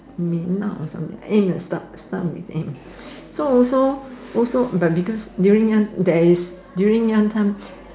mei-na or something like that start start with M so also also also but because during young there is during young time